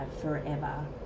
forever